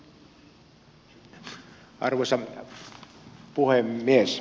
arvoisa puhemies